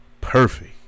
Perfect